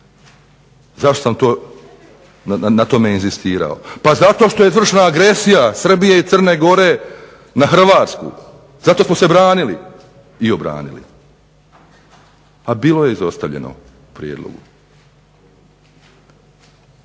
Zašto sam na tome inzistirao? Pa zato što je vršena agresija Srbije i Crne Gore na Hrvatsku, zato smo se branili i obranili a bilo je izostavljeno u prijedlogu.